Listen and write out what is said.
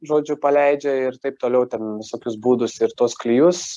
žodžiu paleidžia ir taip toliau ten visokius būdus ir tuos klijus